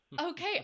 okay